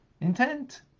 intent